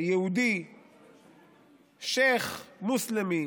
יהודי, שייח' מוסלמי